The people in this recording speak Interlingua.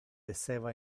esseva